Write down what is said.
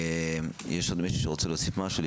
בבקשה.